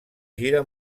gira